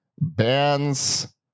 bands